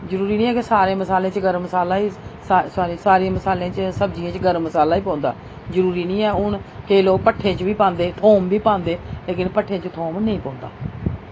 जरूरी निं ऐ कि सारें मसालें च गर्म मसाला गै सारें मसालें च सब्जियें च गर्म मसाला गै पौंदा जरुरी निं ऐ हून केईं लोक भट्टें च बी पांदे थोम बी पांदे लेकिन भट्टें च थोम नेईं पौंदा